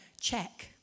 check